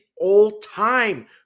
all-time